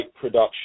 production